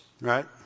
Right